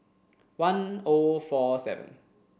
one O four seven